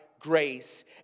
grace